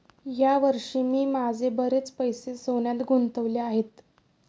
या वर्षी मी माझे बरेच पैसे सोन्यात गुंतवले आहेत